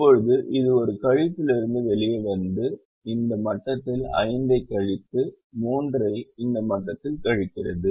இப்போது இது ஒரு கழிப்பிலிருந்து வெளியே வந்து இந்த மட்டத்தில் 5 ஐக் கழித்து 3 ஐ இந்த மட்டத்தில் கழிக்கிறது